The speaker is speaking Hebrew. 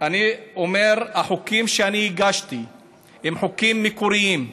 אני אומר, החוקים שהגשתי הם חוקים מקוריים.